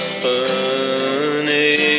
funny